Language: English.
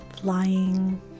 Flying